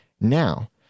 now